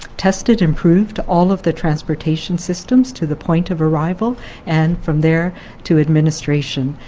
tested and proved all of the transportation systems to the point of arrival and from there to administration.